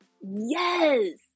Yes